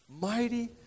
Mighty